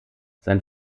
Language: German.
sein